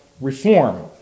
reform